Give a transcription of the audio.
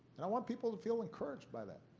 and i want people to feel encouraged by that.